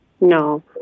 no